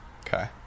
Okay